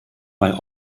bei